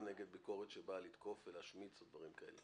נגד ביקורת שבאה לתקוף ולהשמיץ או דברים כאלה.